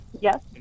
yes